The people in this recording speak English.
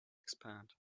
expand